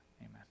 amen